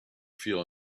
feel